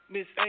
Miss